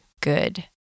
good